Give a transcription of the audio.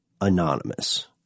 anonymous